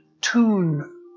Tune